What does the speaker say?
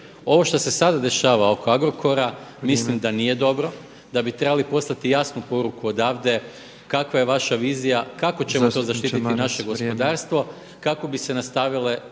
Ovo što se sada dešava oko Agrokora mislim da nije dobro, da bi trebali poslati jasnu poruku odavde kakva je vaša vizija kako ćemo … **Petrov, Božo (MOST)** …/Upadica